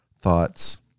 thoughts